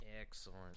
Excellent